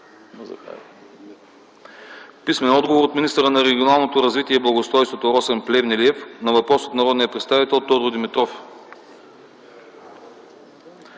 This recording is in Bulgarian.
писмен отговор от министъра на регионалното развитие и благоустройството Росен Плевнелиев на въпрос от народния представител Тодор Димитров;